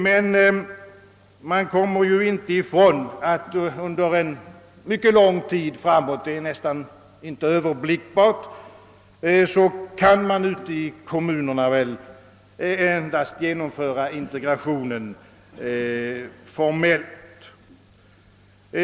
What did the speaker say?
Men det går ju inte att komma ifrån att under en mycket lång tid framåt — det är nästan inte överblickbart — kan man ute i kommunerna endast genomföra integrationen formellt.